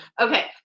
Okay